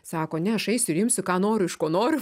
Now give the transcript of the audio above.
sako ne aš eisiu ir imsiu ką noriu iš ko noriu